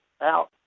out